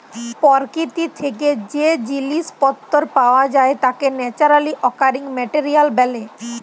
পরকিতি থ্যাকে যে জিলিস পত্তর পাওয়া যায় তাকে ন্যাচারালি অকারিং মেটেরিয়াল ব্যলে